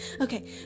okay